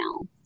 now